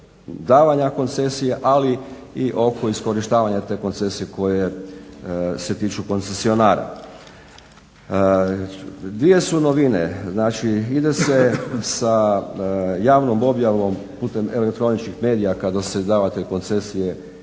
davanja koncesije ali i oko iskorištavanja te koncesije koje se tiču koncesionara. Dvije su novine, znači ide se javnom objavom putem elektroničkih medija kada se davatelj koncesije